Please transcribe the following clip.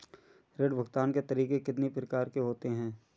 ऋण भुगतान के तरीके कितनी प्रकार के होते हैं?